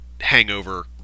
hangover